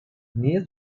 near